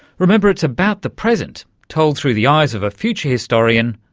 remember, it's about the present, told through the eyes of a future historian,